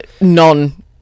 non